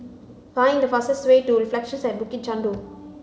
find the fastest way to Reflections at Bukit Chandu